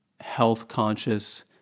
health-conscious